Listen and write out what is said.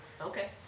Okay